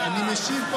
תפסיק.